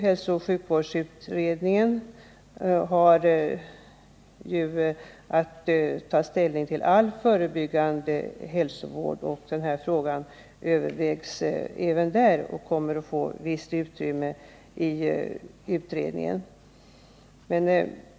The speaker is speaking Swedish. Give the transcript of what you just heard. Hälsooch sjukvårdsutredningen har att ta ställning till all förebyggande hälsovård. Frågan om mammografiundersökningar övervägs även där och kommer att få visst utrymme i utredningens förslag.